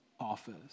office